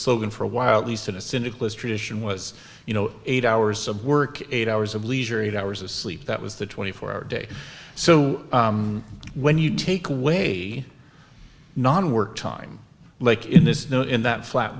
slogan for a wild beast in a cynic list tradition was you know eight hours of work eight hours of leisure eight hours of sleep that was the twenty four hour day so when you take away a non work time like in this know in that flat